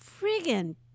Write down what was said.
friggin